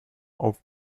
off